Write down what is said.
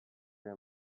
your